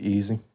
Easy